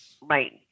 Right